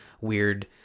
weird